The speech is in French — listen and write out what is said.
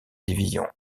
division